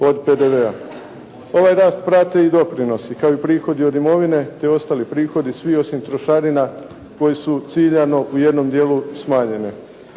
od PDV-a. Ovaj rast prate i doprinosi kao i prihodi od imovine te ostali prihodi svi osim trošarina koji su ciljano u jednom dijelu smanjene.